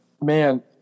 man